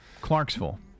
Clarksville